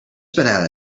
banana